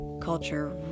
Culture